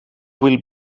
will